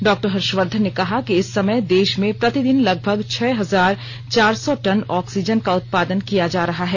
doctor Harshvardhan ने कहा कि इस समय देश में प्रतिदिन लगभग छह हजार चार सौ टन ऑक्सीजन का उत्पादन किया जा रहा है